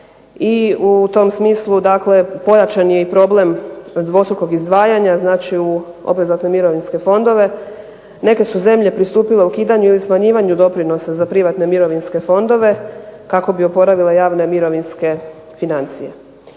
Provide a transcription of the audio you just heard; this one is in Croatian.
i u tom smislu dakle pojačan je i problem dvostrukog izdvajanja, znači u obvezatne mirovinske fondove. Neke su zemlje pristupile ukidanju ili smanjivanju doprinosa za privatne mirovinske fondove kako bi oporavile javne mirovinske financije.